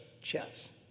chess